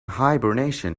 hibernation